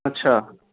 अच्छा